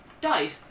died